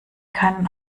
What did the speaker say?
keinen